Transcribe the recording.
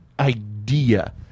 idea